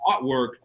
artwork